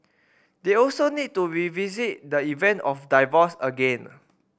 they also need to revisit the event of divorce again